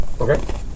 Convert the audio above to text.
Okay